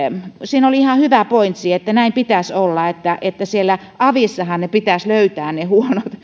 siinä oli ihan hyvä pointsi että näin pitäisi olla että että siellä avissahan pitäisi löytää ne huonot